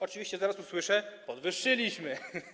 Oczywiście zaraz usłyszę: podwyższyliśmy.